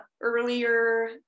earlier